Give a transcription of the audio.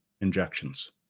injections